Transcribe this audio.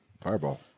Fireball